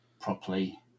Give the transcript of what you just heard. properly